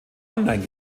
online